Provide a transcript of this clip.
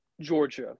Georgia